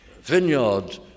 vineyard